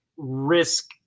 risk